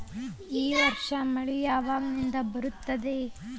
ಈ ವರ್ಷ ಮಳಿ ಯಾವಾಗಿನಿಂದ ಬರುತ್ತದೆ?